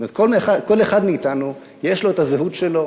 כל אחד מאתנו יש לו הזהות שלו,